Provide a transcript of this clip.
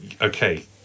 Okay